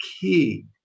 key